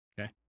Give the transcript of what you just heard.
Okay